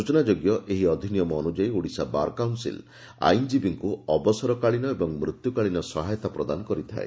ସୂଚନା ଯୋଗ୍ୟ ଏହି ଅଧୀନିୟମ ଅନୁଯାୟୀ ଓଡ଼ିଶା ବାର୍ କାଉନ୍ସିଲ୍ ଆଇନ୍ଜୀବୀଙ୍କୁ ଅବସରକାଳୀନ ଏବଂ ମୃତ୍ୟୁକାଳୀନ ସହାୟତା ପ୍ରଦାନ କରିଥାଏ